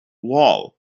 wall